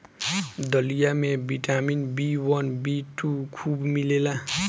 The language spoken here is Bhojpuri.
दलिया में vitamin B one, vitamin B two खूब मिलेला